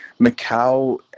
Macau